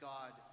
God